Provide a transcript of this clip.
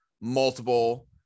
multiple